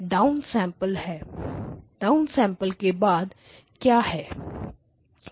downsampling के बाद frequency क्या हैं